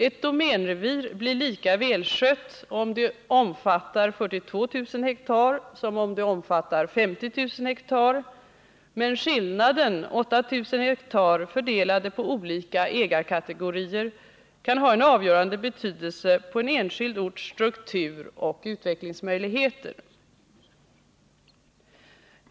Ett domänrevir blir lika välskött om det omfattar 42 000 hektar som om det omfattar 50 000 hektar, men skillnaden, 8 000 hektar, fördelad på olika ägarkategorier, kan ha en avgörande betydelse på en enskild orts struktur och utvecklingsmöjligheter.